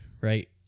Right